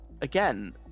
Again